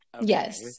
yes